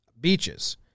beaches